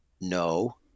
No